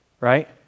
right